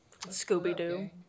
Scooby-Doo